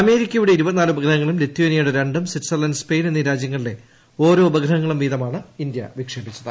അമേരിക്കയുടെ ലിത്യോനിയയുടെ രണ്ടും സ്വിറ്റ്സർലണ്ട് സ്പെയിൻ എന്നീരാജ്യങ്ങളുടെ ഓരോ ഉപഗ്രഹങ്ങളും വീതമാണ് ഇന്ത്യ വിക്ഷേപിച്ചത്